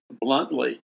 bluntly